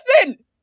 listen